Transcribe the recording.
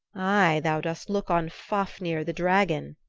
aye, thou dost look on fafnir the dragon,